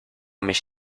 mich